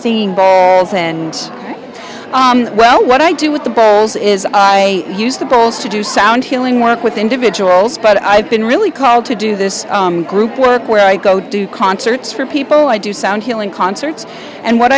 scene and well what i do with the bowls is i use the bowls to do sound healing work with individuals but i've been really called to do this group work where i go do concerts for people i do sound healing concerts and what